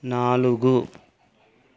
నాలుగు